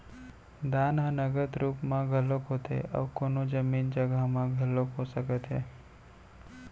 दान ह नगद रुप म घलोक होथे अउ कोनो जमीन जघा म घलोक हो सकत हे